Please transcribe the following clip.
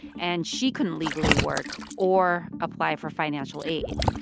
and she couldn't legally work or apply for financial aid.